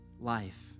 life